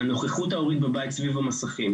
הנוכחות ההורית בבית סביב המסכים,